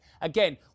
Again